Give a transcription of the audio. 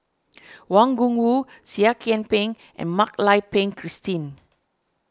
Wang Gungwu Seah Kian Peng and Mak Lai Peng Christine